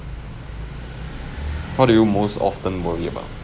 what do you most often worry about